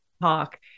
talk